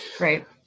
Right